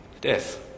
death